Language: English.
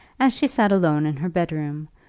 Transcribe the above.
as she sat alone in her bed-room,